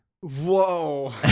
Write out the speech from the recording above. whoa